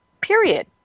period